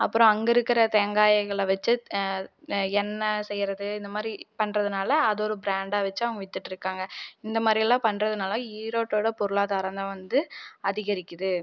அப்புறம் அங்கே இருக்கிற தேங்காய்களை வச்சு எண்ணய் செய்றது இந்த மாதிரி பண்ணுறதுனால அது ஒரு ப்ரண்ட்டாக வச்சு அவங்க வித்துட்டிருக்காங்க இந்த மாதிரி எல்லாம் பண்ணுறதுனால ஈரோட்டோடய பொருளாதாரம் தான் வந்து அதிகரிக்கிறது